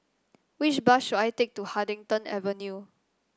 which bus should I take to Huddington Avenue